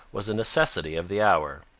was a necessity of the hour.